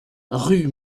rue